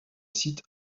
site